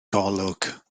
golwg